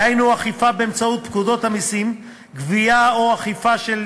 דהיינו אכיפה באמצעות פקודת המסים (גבייה) או אכיפה על